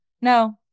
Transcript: no